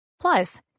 Plus